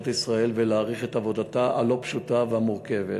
ישראל ולהעריך את עבודתה הלא-פשוטה והמורכבת.